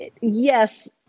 yes